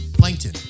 Plankton